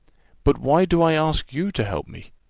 but why do i ask you to help me?